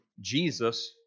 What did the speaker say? Jesus